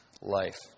life